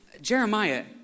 Jeremiah